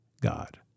God